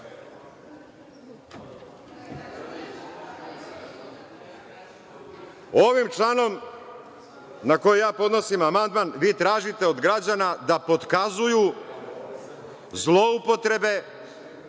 članom na koji ja podnosim amandman vi tražite od građana da potkazuju zloupotrebe